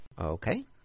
Okay